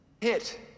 hit